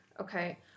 okay